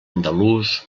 andalús